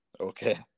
Okay